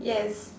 yes